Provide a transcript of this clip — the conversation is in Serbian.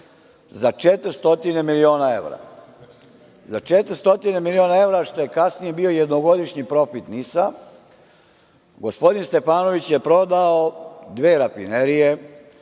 za 400.000.000,00 evra. Za 400.000.000,00 evra, što je kasnije bio jednogodišnji profit NIS, gospodin Stefanović je prodao dve rafinerije,